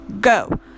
Go